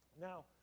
Now